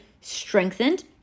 strengthened